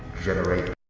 generator